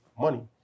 money